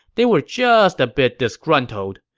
they were just a bit disgruntled.